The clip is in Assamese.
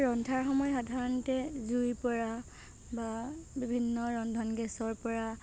ৰন্ধাৰ সময়ত সাধাৰণতে জুইৰ পৰা বা বিভিন্ন ৰন্ধন গেছৰ পৰা